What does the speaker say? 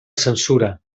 censura